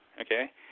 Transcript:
okay